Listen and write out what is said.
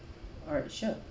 alright sure